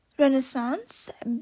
renaissance